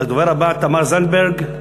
הדובר הבא, תמר זנדברג.